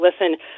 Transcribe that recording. listen